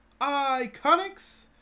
Iconics